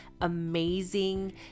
amazing